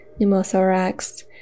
pneumothorax